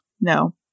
no